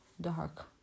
dark